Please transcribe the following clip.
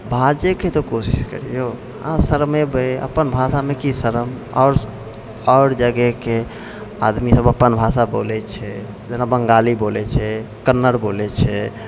बाजैके तऽ कोशिश करिऔ अहाँ शरमेबै अपन भाषामे की शरम आओर जगहके आदमी सब अपन भाषा बोलैत छै जेना बङ्गाली बोलैत छै कन्नड़ बोलैत छै